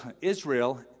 Israel